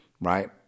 Right